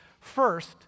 first